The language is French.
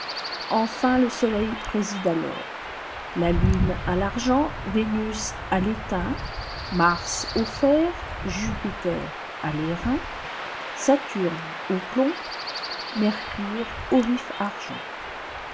enfin le soleil préside à l'or la lune à l'argent vénus à tétain mars aii fer jupiter à l'airain saturne au plomb mercure au vif argent